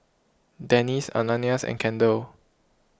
Dennis Ananias and Kendall